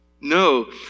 No